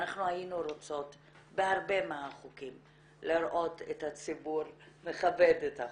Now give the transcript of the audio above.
ואנחנו היינו רוצות בהרבה מהחוקים לראות את הציבור מכבד את החוק,